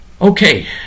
Okay